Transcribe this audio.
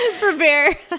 Prepare